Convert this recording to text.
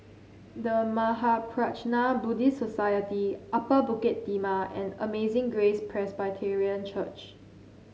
The Mahaprajna Buddhist Society Upper Bukit Timah and Amazing Grace Presbyterian Church